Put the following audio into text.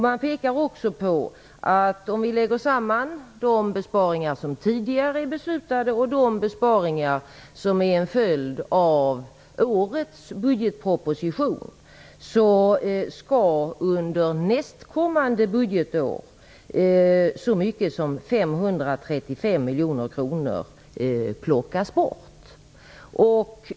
Man pekar också på att om de besparingar som tidigare är beslutade och de besparingar som är en följd av årets budgetproposition läggs samman, skall under nästkommande budgetår så mycket som 535 miljoner kronor plockas bort.